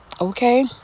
Okay